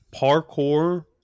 parkour